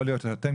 יכול להיות שאתם,